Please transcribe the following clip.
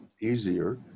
easier